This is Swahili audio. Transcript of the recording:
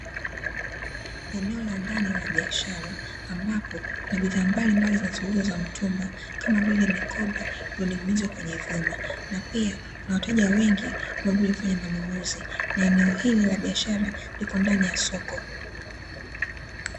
Eneo la ndani la biashara ambapo kuna bidhaa mbalimbali zinazouzwa za mtumba kama vile mikoba iliyoning'inizwa kwenye vyuma, na pia kuna wateja wengi waliokuja kufanya manunuzi, na eneo hili la biashara liko ndani ya soko.